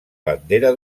bandera